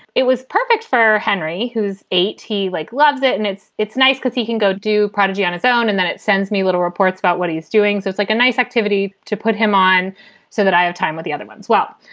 it was perfect for henry, who's eighty, eighty, like, loves it. and it's it's nice cause he can go do prodigy on his own and then it sends me little reports about what he is doing. so it's like a nice activity to put him on so that i have time with the other one as well.